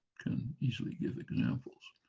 can easily give examples